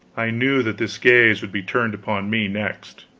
i knew that this gaze would be turned upon me, next.